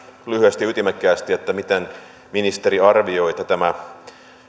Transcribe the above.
lyhyesti ja ytimekkäästi miten ministeri arvioi että tämä